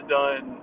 done